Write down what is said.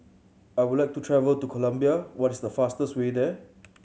I would like to travel to Colombia what is the fastest way there